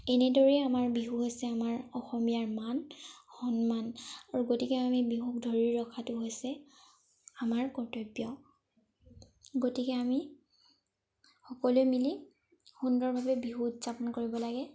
এনেদৰেই আমাৰ বিহু হৈছে আমাৰ অসমীয়াৰ মান সন্মান আৰু গতিকে আমি বিহুক ধৰি ৰখাটো হৈছে আমাৰ কৰ্তব্য গতিকে আমি সকলোৱে মিলি সুন্দৰভাৱে বিহু উদযাপন কৰিব লাগে